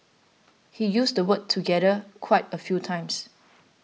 he used the word together quite a few times